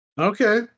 Okay